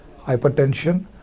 hypertension